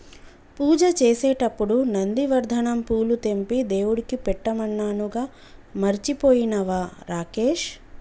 పూజ చేసేటప్పుడు నందివర్ధనం పూలు తెంపి దేవుడికి పెట్టమన్నానుగా మర్చిపోయినవా రాకేష్